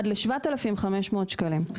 עד ל-7,500 שקלים.